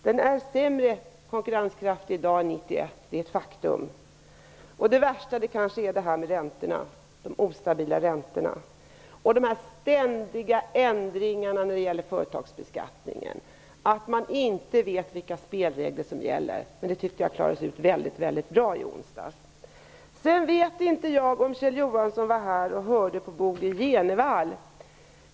Den är inte lika konkurrenskraftig i dag som 1991. Det är ett faktum. Det värsta är kanske de ostabila räntorna och de ständiga ändringarna när det gäller företagsbeskattningen. Man vet inte vilka spelregler som gäller. Detta reddes ut på ett bra sätt i onsdags. Jag vet inte om Kjell Johansson var här och lyssnade på Bo G Jenevall.